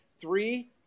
three